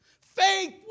Faith